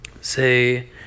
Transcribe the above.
Say